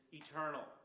eternal